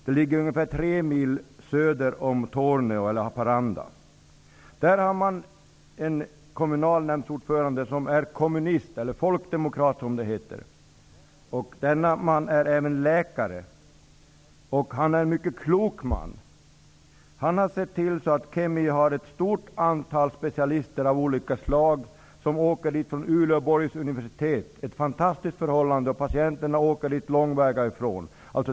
Den ligger ungefär 3 mil söder om Haparanda. Där finns det en kommunalnämndsordförande som är kommunist, eller folkdemokrat som det heter. Denna man är även läkare. Det är en mycket klok man. Han har sett till att ett stort antal specialister från Uleåborgs universitet har kommit till Kemi. Det är ett fantastiskt förhållande. Patienterna åker långväga till Kemi.